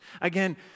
Again